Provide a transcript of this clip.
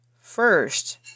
First